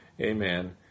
amen